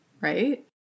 right